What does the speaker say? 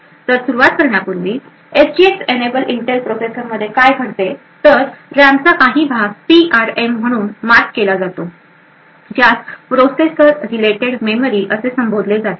तर सुरुवात करण्यापूर्वी एसजीएक्स इनएबल इंटेल प्रोसेसरमध्ये काय घडते तर रॅमचा काही भाग पीआरएम म्हणून मार्क केला गेला आहे ज्यास प्रोसेसर रिलेटेड मेमरी असे संबोधले जाते